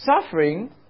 suffering